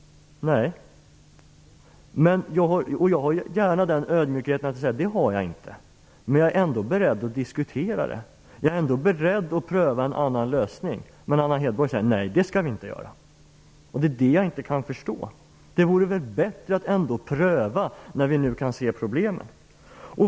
Nej. Jag visar gärna den ödmjukheten att säga att jag inte har det. Men jag är ändå beredd att diskutera det. Jag är ändå beredd att pröva en annan lösning. Men Anna Hedborg säger: Nej, det skall vi inte göra. Det är det jag inte kan förstå. Det vore väl bättre att ändå pröva, när vi nu kan se problemen.